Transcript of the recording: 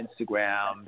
Instagram